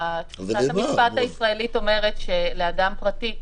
תפיסת המשפט הישראלית אומרת שלאדם פרטי,